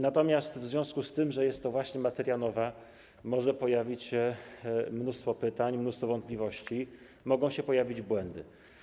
Natomiast w związku z tym, że jest to właśnie materia nowa, może pojawić się mnóstwo pytań, mnóstwo wątpliwości i mogą się pojawić błędy.